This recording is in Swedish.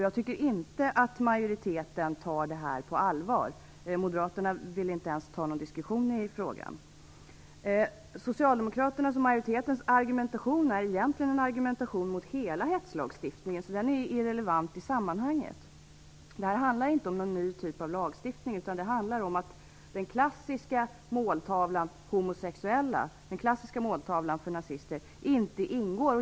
Jag tycker inte att majoriteten tar det här på allvar. Moderaterna vill inte ens ta en diskussion i frågan. Socialdemokraternas och majoritetens argumentation är egentligen en argumentation mot hela hetslagstiftningen och är irrelevant i sammanhanget. Det handlar inte om någon ny typ av lagstiftning utan om att den klassiska måltavlan för nazister, dvs. homosexuella, inte ingår.